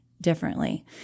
differently